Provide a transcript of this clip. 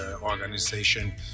organization